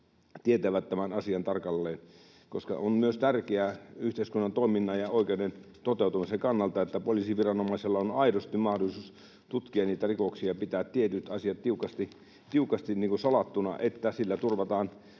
tietävät tämän asian tarkalleen. On myös tärkeää yhteiskunnan toiminnan ja oikeuden toteutumisen kannalta, että poliisiviranomaisella on aidosti mahdollisuus tutkia niitä rikoksia ja pitää tietyt asiat tiukasti salattuna. Sillä turvataan